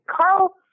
Carl